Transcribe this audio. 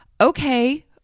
okay